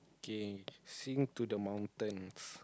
okay sing to the mountains